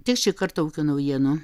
tiek šį kartą ūkio naujienų